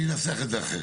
אני אנסח את זה אחרת.